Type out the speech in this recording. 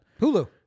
Hulu